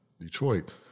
Detroit